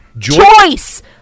Choice